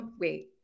wait